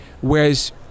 whereas